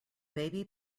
baby